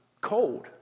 cold